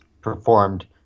performed